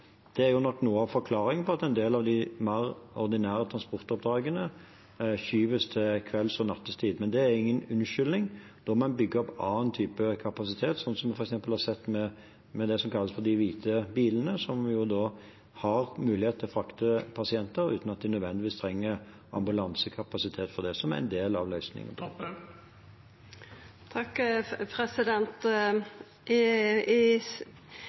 det som haster mest. Det er nok noe av forklaringen på at en del av de mer ordinære transportoppdragene skyves til kvelds- og nattetid. Men det er ingen unnskyldning. Da må en bygge opp en annen type kapasitet – sånn som vi f.eks. har sett med det som kalles for de hvite bilene, som da har mulighet til å frakte pasienter uten at de nødvendigvis trenger ambulansekapasitet til det – som en del av løsningen. I